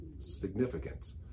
significance